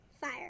Fire